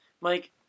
Mike